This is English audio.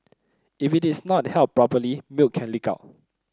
if it is not held properly milk can leak out